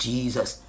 Jesus